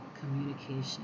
communication